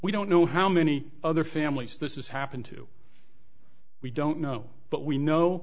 we don't know how many other families this is happened to we don't know but we know